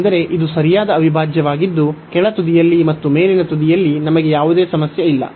ಏಕೆಂದರೆ ಇದು ಸರಿಯಾದ ಅವಿಭಾಜ್ಯವಾಗಿದ್ದು ಕೆಳ ತುದಿಯಲ್ಲಿ ಮತ್ತು ಮೇಲಿನ ತುದಿಯಲ್ಲಿ ನಮಗೆ ಯಾವುದೇ ಸಮಸ್ಯೆ ಇಲ್ಲ